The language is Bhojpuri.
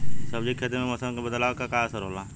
सब्जी के खेती में मौसम के बदलाव क का असर होला?